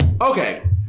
Okay